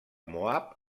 moab